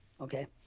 Okay